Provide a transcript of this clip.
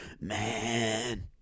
Man